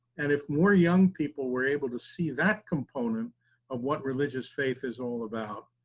and if more young people were able to see that component of what religious faith is all about,